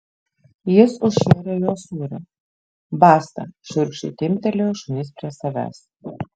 jis užšėrė juos sūriu basta šiurkščiai timptelėjo šunis prie savęs